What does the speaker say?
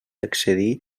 excedir